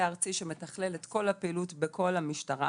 הארצי שמתחלל את כל הפעילות בכל המשטרה,